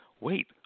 wait